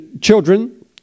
children